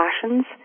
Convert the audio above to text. passions